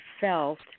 felt